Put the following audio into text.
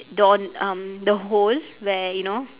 door um the hole where you know